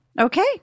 Okay